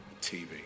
TV